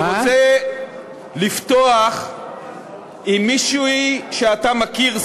אני רוצה לפתוח עם מישהי שאתה מכיר,